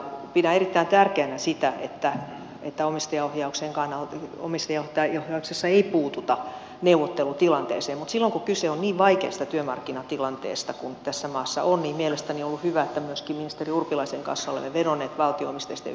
pidän erittäin tärkeänä sitä että omistajaohjauksessa ei puututa neuvottelutilanteeseen mutta silloin kun kyse on niin vaikeasta työmarkkinatilanteesta kuin tässä maassa on niin mielestäni on ollut hyvä että myöskin ministeri urpilaisen kanssa olemme vedonneet valtio omisteisten yhtiöiden johtoon